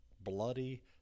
bloody